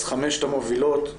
חמשת המובילות: